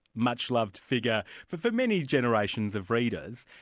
much-loved figure for for many generations of readers,